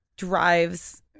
Drives